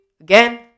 again